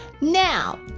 Now